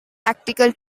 tactical